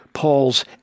Paul's